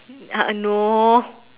uh no